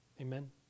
Amen